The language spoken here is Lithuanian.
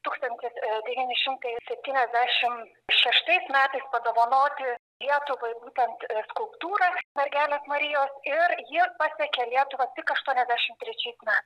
tūkstantis e devyni šimtai septyniasdešim šeštais metais padovanoti lietuvai būtent skulptūrą mergelės marijos ir ji pasiekė lietuvą tik aštuoniasdešim trečiais me